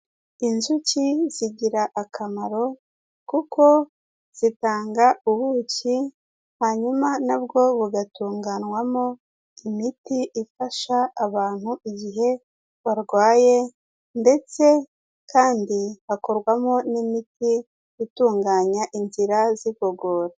Inzuki zigira akamaro kuko zitanga ubuki hanyuma nabwo bugatunganywamo imiti ifasha abantu igihe barwaye ndetse kandi hakorwamo n'imiti itunganya inzira z'igogora.